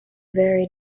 very